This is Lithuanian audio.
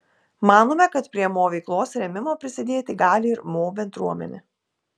manome kad prie mo veiklos rėmimo prisidėti gali ir mo bendruomenė